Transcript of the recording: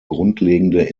grundlegende